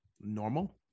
normal